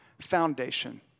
foundation